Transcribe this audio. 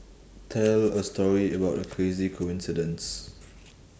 tell a story about a crazy coincidence